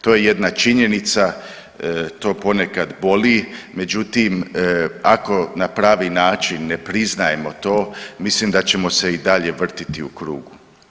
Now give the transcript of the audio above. To je jedna činjenica, to ponekad boli međutim ako na pravi način ne priznajemo to mislim da ćemo se i dalje vrtiti u krug.